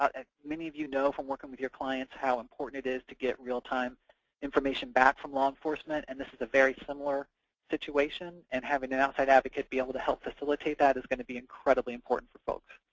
ah as many of you know from working with your clients how important it is to get real-time information back from law enforcement, and this is a very similar situation, and having an outside advocate be able to help facilitate that is going to be incredibly important for folks.